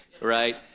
right